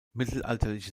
mittelalterliche